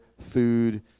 food